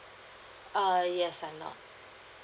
err yes I'm not